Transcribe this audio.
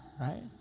right